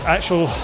Actual